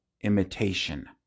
imitation